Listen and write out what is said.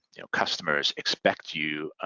you know customers expect you,